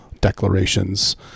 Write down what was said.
Declarations